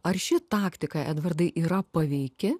ar ši taktika edvardai yra paveiki